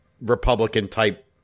Republican-type